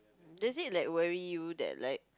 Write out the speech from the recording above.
does it like worry you that like